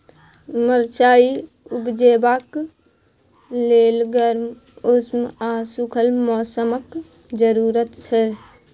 मरचाइ उपजेबाक लेल गर्म, उम्मस आ सुखल मौसमक जरुरत छै